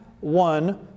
one